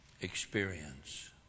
experience